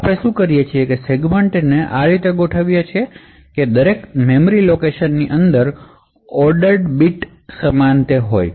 જેથી આપણે શું કરીએ સેગમેન્ટને આ રીતે ગોઠવીએ કે આ સેગમેન્ટમાં દરેક મેમરી લોકેશનના હાયર ઓર્ડર બિટ્સ સમાન હોય